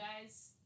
guys